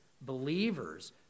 believers